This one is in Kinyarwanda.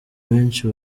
benshi